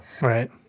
Right